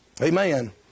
Amen